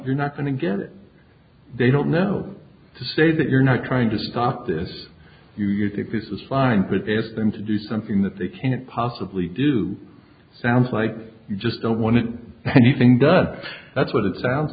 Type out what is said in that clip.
you're not going to get it they don't know to say that you're not trying to stop this you think this is fine protest them to do something that they can't possibly do sounds like you just don't want anything done that's what it sounds